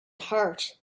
heart